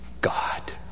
God